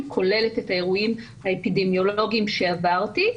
היא כוללת את האירועים האפידמיולוגים שעברתי,